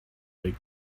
like